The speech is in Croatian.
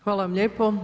Hvala vam lijepo.